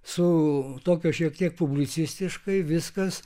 su tokio šiek tiek publicistiškai viskas